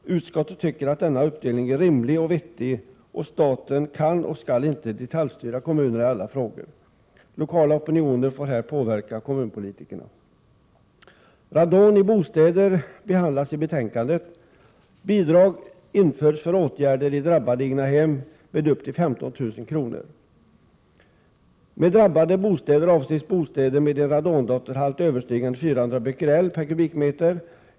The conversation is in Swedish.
Utskottet tycker att denna uppdelning är rimlig och vettig. Staten kan och skall inte detaljstyra kommunerna i alla frågor. Lokala opinioner får här påverka kommunpolitikerna. Radon i bostäder behandlas i betänkandet. Bidrag införs för åtgärder i drabbade egnahem med upp till 15 000 kr. Med drabbade bostäder avses bostäder med en radondotterhalt överstigande 400 bequerel per m?.